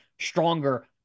stronger